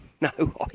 no